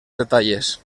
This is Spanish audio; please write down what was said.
detalles